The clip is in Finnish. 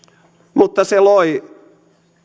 mutta se loi